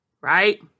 Right